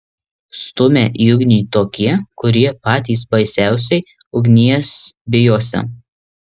stumia į ugnį tokie kurie patys baisiausiai ugnies bijosi